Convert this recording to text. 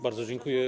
Bardzo dziękuję.